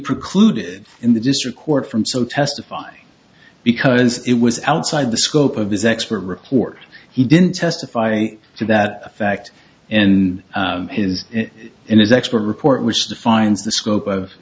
precluded in the district court from so testify because it was outside the scope of his expert report he didn't testify to that fact and it is in his expert report which defines the scope of